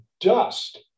dust